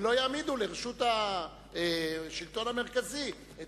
ולא יעמידו לרשות השלטון המרכזי את